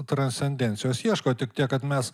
transcendencijos ieško tik tiek kad mes